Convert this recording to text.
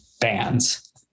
bands